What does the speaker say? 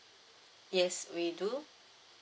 yes we do